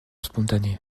spontanée